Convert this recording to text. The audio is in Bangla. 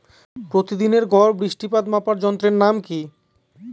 প্রতিদিনের গড় বৃষ্টিপাত মাপার যন্ত্রের নাম কি?